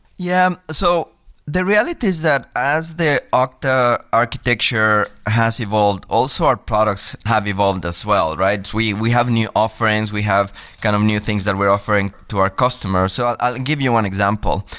yeah. so the reality is that as the ah okta architecture has evolved, also our product have evolved as well. we we have new offerings. we have kind of new things that we're offering to our customers. so i'll give you one example.